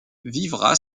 vivra